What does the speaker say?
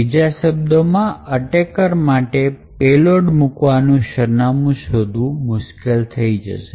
બીજા શબ્દોમાં અટેકર માટે પેલોડ મૂકવાનું સરનામું શોધવું મુશ્કેલ થઈ જાય